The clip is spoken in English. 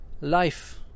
life